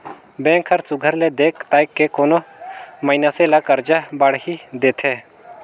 bank हर सुग्घर ले देख ताएक के कोनो मइनसे ल करजा बाड़ही देथे